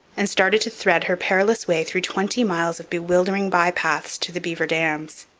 and started to thread her perilous way through twenty miles of bewildering bypaths to the beaver dams.